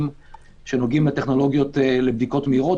שנוגעים לטכנולוגיות לבדיקות מהירות.